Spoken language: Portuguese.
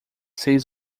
seis